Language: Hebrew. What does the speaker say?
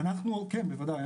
כן, בוודאי.